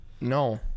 No